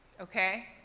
Okay